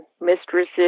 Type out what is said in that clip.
mistresses